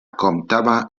comptava